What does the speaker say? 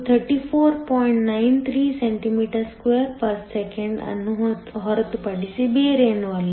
93 cm2 s 1 ಅನ್ನು ಹೊರತುಪಡಿಸಿ ಬೇರೇನೂ ಅಲ್ಲ